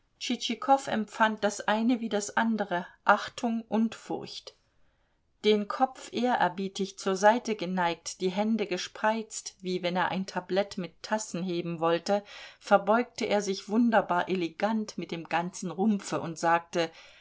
empfand das eine wie das andere achtung und furcht den kopf ehrerbietig zur seite geneigt die hände gespreizt wie wenn er ein tablett mit tassen heben wollte verbeugte er sich wunderbar elegant mit dem ganzen rumpfe und sagte